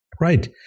right